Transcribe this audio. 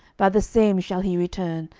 by the same shall he return,